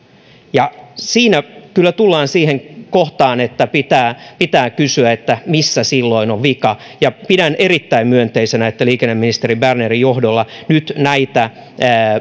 ja siinä kyllä tullaan siihen kohtaan että pitää pitää kysyä missä silloin on vika ja pidän erittäin myönteisenä että liikenneministeri bernerin johdolla nyt näitä